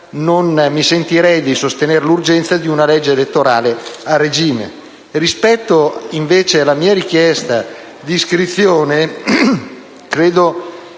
non mi sentirei di sostenere l'urgenza di una legge elettorale a regime. Rispetto invece alla mia richiesta di iscrizione